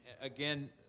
again